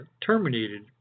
terminated